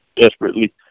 desperately